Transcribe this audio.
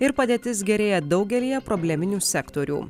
ir padėtis gerėja daugelyje probleminių sektorių